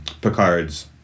Picard's